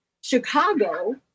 chicago